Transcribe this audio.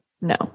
no